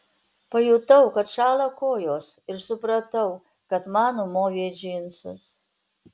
pajutau kad šąla kojos ir supratau kad man numovė džinsus